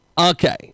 Okay